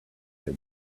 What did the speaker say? that